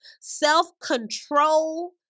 self-control